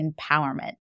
empowerment